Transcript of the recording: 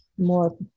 more